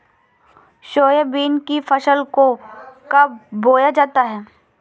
Soybean की फसल को कब बोया जाता है?